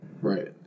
Right